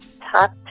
top